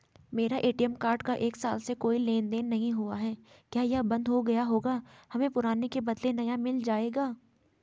मेरा ATM card का एक साल से कोई लेन देन नहीं हुआ है क्या यह बन्द हो गया होगा हमें पुराने के बदलें नया मिल जाएगा?